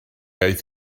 aeth